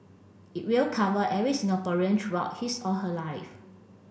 it will cover every Singaporean throughout his or her life